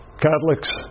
Catholics